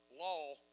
law